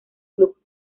club